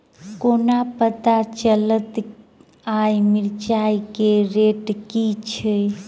कोना पत्ता चलतै आय मिर्चाय केँ रेट की छै?